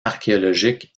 archéologiques